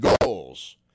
goals